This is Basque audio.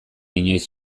inoiz